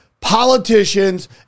politicians